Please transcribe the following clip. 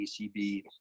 ACB